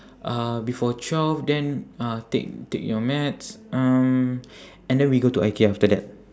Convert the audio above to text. uh before twelve then uh take take your meds um and then we go to ikea after that